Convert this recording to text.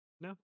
No